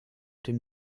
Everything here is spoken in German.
dem